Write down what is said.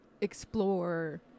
explore